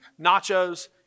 nachos